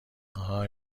اهای